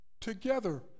together